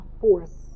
force